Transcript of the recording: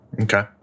Okay